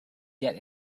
get